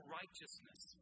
righteousness